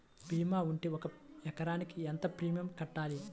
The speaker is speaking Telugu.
భీమా ఉంటే ఒక ఎకరాకు ఎంత ప్రీమియం కట్టాలి?